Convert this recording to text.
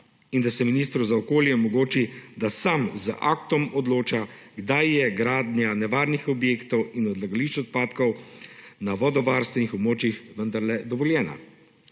in da se ministru za okolje omogoči, da sam z aktom odloča, kdaj je gradnja nevarnih objektov in odlagališč odpadkov na vodovarstvenih območjih vendarle dovoljena.